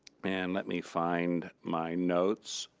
and let me find my notes,